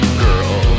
girl